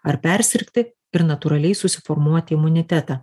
ar persirgti ir natūraliai susiformuoti imunitetą